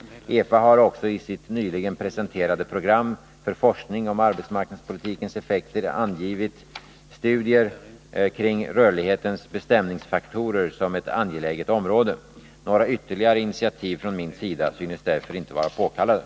EFA har också i sitt nyligen presenterade program för forskning om arbetsmarknadspolitikens effekter angivit studier kring rörlighetens bestämningsfaktorer som ett angeläget område. Några ytterligare initiativ från min sida synes därför inte vara påkallade.